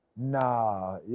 nah